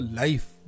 life